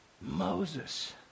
Moses